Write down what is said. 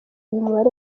mubare